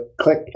click